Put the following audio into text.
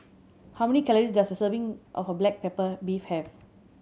how many calories does a serving of black pepper beef have